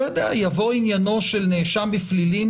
יבוא עניינו של נאשם בפלילים,